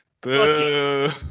Boo